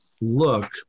look